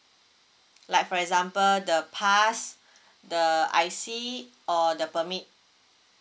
like for example the pass the I_C or the permit